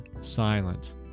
silence